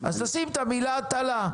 אז תשים את המילה הטלה,